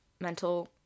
mental